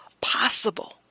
possible